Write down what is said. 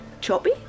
choppy